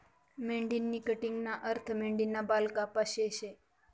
मेंढीनी कटिंगना अर्थ मेंढीना बाल कापाशे शे